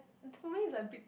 tell me is a bit